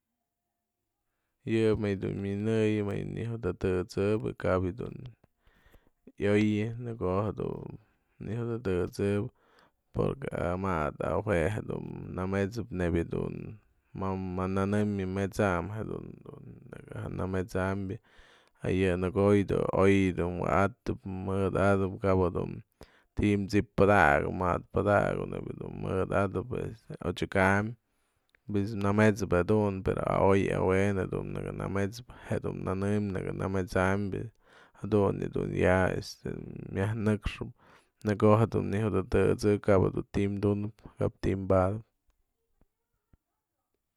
Yë më yë dun minëyën mëyë në jyot adësëp kap jedun yo'ëyë në ko'o jedun në jyot adësëpkëp porque ama'ad a jue jedun met'sëp nebya dun ma nënëmyan met'sany dun nëkä ja nëmet'sam a yë në ko'o yë du oy du wa'atëp mëdatëp kabëdun ti'i t'sip padakap mat padakap mëdatëp odyakam pues nëmët'sëp jedun pero a oy a we'en dun nëkë nëmet'sëp jedun nënëm naka nëmët'samjadun yë dun ya este myaj nëkxëp në ko'o jedun në jyot adësëp kap jedun ti'i dunëp, kap ti'i padëp.